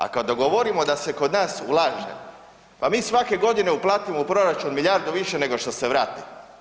A kada govorimo da se kod nas ulaže, pa mi svake godine uplatimo u proračun milijardu više nego što se vrati.